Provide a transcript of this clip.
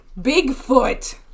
Bigfoot